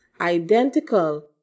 identical